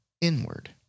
inward